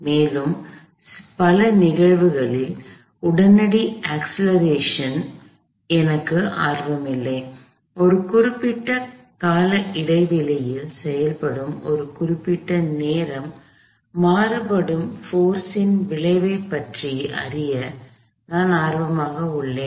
மேலும் பல நிகழ்வுகளில் உடனடி அக்ஸ்லெரேஷன் ல் எனக்கு ஆர்வம் இல்லை ஒரு குறிப்பிட்ட கால இடைவெளியில் செயல்படும் ஒரு குறிப்பிட்ட நேரம் மாறுபடும் போர்ஸ் இன் விளைவைப் பற்றி அறிய நான் ஆர்வமாக உள்ளேன்